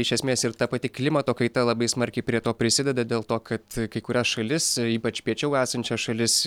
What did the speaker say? iš esmės ir ta pati klimato kaita labai smarkiai prie to prisideda dėl to kad kai kurias šalis ypač piečiau esančias šalis